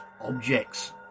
objects